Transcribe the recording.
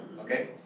okay